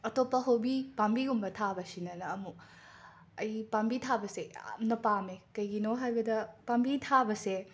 ꯑꯇꯣꯞꯄ ꯍꯣꯕꯤ ꯄꯥꯝꯕꯤꯒꯨꯝꯕ ꯊꯥꯕꯁꯤꯗꯅ ꯑꯃꯨꯛ ꯑꯩ ꯄꯥꯝꯕꯤ ꯊꯥꯕꯁꯦ ꯌꯥꯝꯅ ꯄꯥꯝꯃꯦ ꯀꯩꯒꯤꯅꯣ ꯍꯥꯏꯕꯗ ꯄꯥꯝꯕꯤ ꯊꯥꯕꯁꯦ